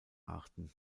arten